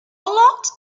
lot